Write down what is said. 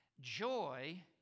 Joy